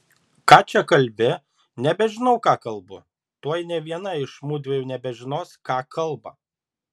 ką čia kalbi nebežinau ką kalbu tuoj nė viena iš mudviejų nebežinos ką kalba